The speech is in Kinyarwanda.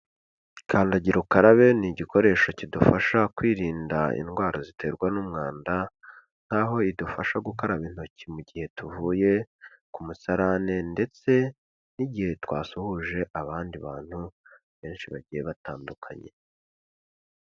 Kandagira ukarabe ni igikoresho kidufasha kwirinda indwara ziterwa n'umwanda nkaho idufasha gukaraba intoki mu gihe tuvuye ku musarane ndetse n'igihe twasuhuje abandi bantu benshi bagiye batandukanye.